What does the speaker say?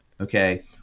Okay